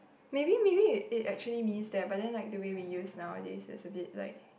maybe maybe it actually means that but then like the way we use nowadays is a bit like